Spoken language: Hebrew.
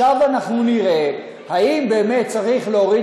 עכשיו אנחנו נראה האם באמת צריך להוריד